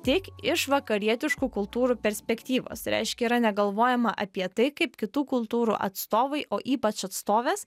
tik iš vakarietiškų kultūrų perspektyvos tai reiškia yra negalvojama apie tai kaip kitų kultūrų atstovai o ypač atstovės